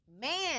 Man